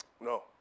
no